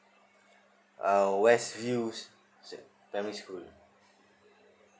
uh west views primary school